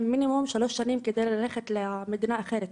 מינימום שלוש שנים כדי ללכת למדינה אחרת.